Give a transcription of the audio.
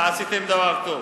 ועשיתם דבר טוב.